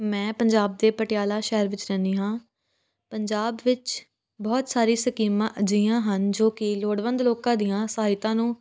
ਮੈਂ ਪੰਜਾਬ ਦੇ ਪਟਿਆਲਾ ਸ਼ਹਿਰ ਵਿੱਚ ਰਹਿੰਦੀ ਹਾਂ ਪੰਜਾਬ ਵਿੱਚ ਬਹੁਤ ਸਾਰੀ ਸਕੀਮਾਂ ਅਜਿਹੀਆਂ ਹਨ ਜੋ ਕਿ ਲੋੜਵੰਦ ਲੋਕਾਂ ਦੀਆਂ ਸਹਾਇਤਾ ਨੂੰ